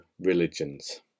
Religions